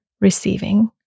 receiving